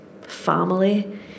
family